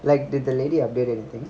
like did the lady update anything